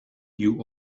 you